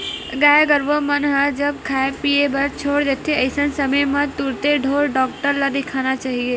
गाय गरुवा मन ह जब खाय पीए बर छोड़ देथे अइसन समे म तुरते ढ़ोर डॉक्टर ल देखाना चाही